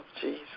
Jesus